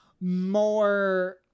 more